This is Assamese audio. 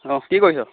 অঁ কি কৰিছ